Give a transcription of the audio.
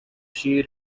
she